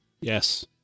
Yes